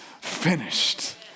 finished